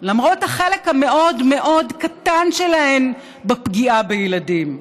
למרות החלק המאוד-מאוד קטן שלהן בפגיעה בילדים.